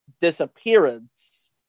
disappearance